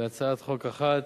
להצעת חוק אחת.